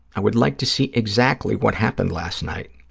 i would like to see exactly what happened last night.